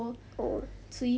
oh